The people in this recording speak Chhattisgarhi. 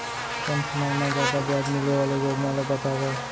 कम समय मा जादा ब्याज मिले वाले योजना ला बतावव